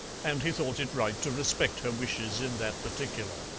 and he thought it right to respect her wishes in that particular.